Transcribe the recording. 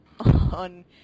on